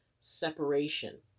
separation